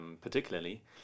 particularly